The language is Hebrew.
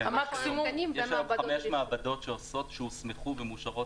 יש היום חמש מעבדות שהוסמכו ומאושרות